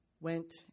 went